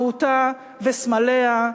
מהותה וסמליה,